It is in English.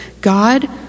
God